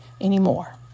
anymore